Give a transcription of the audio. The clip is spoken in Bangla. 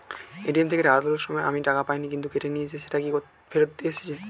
এ.টি.এম থেকে টাকা তোলার সময় আমি টাকা পাইনি কিন্তু কেটে নিয়েছে সেটা কি ফেরত এসেছে?